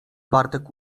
bartek